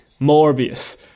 Morbius